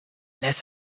les